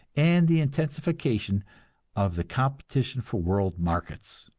and the intensification of the competition for world markets.